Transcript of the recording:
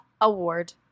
award